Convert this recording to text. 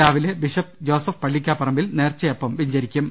രാവിലെ bishop Joseph പള്ളിക്കാപ്പറമ്പിൽ നേർച്ചയപ്പം വെഞ്ചരിക്കും